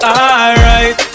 alright